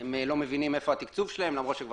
הם לא מבינים איפה התקצוב שלהם למרות שכבר